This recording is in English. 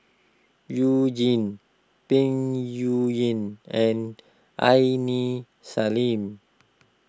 You Jin Peng Yuyun and Aini Salim